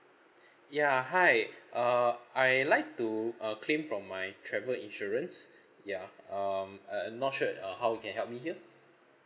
ya hi uh I'd like to uh claim from my travel insurance ya um uh uh not sure uh how you can help me here